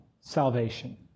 salvation